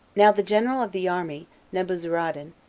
now the general of the army, nebuzaradan,